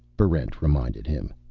barrent reminded him.